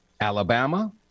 Alabama